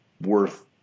worth